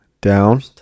Down